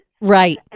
Right